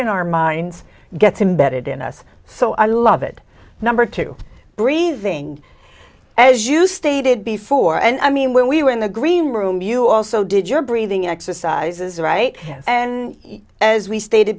on our minds gets embedded in us so i love it number two breathing as you stated before and i mean when we were in the green room you also did your breathing exercises right and as we stated